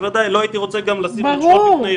ולא הייתי רוצה --- ברור.